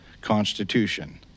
constitution